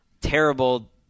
terrible